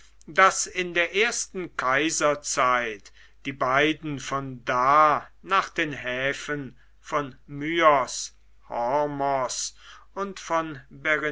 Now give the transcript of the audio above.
daß in der ersten kaiserzeit die beiden von danach den häfen von myos hormos und von